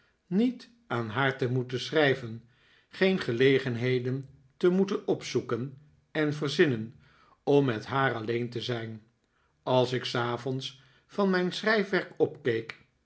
niet aan haar te moeten schrijven geen gelegenheden te moeten opzoeken en verzinnen om met haar alleen te zijn als ik s avonds van mijn schrijfwerk opkeek